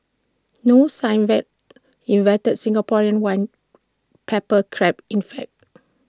no sign 'invented' Singaporean white pepper Crab in fact